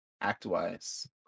act-wise